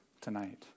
tonight